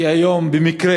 כי היום במקרה